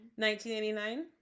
1989